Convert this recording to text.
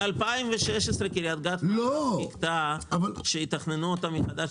מ-2016 קריית גת מערב חיכתה שיתכננו אותה מחדש